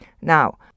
Now